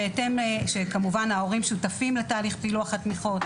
וכמובן שההורים שותפים לתהליך פילוח התמיכות,